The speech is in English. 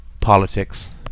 politics